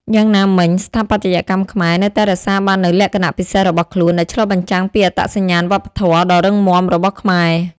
យ៉ាងណាមិញ ស្ថាបត្យកម្មខ្មែរនៅតែរក្សាបាននូវលក្ខណៈពិសេសរបស់ខ្លួន ដែលឆ្លុះបញ្ចាំងពីអត្តសញ្ញាណវប្បធម៌ដ៏រឹងមាំរបស់ខ្មែរ។